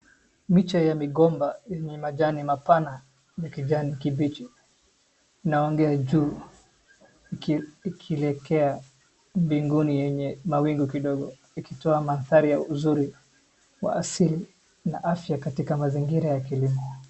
Miche ya migomba yenye majani mapana na kijani kibichi, kielekea mbinguni yenye mawingu kidogo ikitoa madhari ya uzuri wa asili na afya katika mazingira ya kilimo.